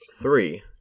three